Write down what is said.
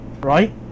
right